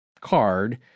card